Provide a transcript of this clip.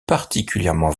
particulièrement